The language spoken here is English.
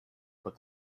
but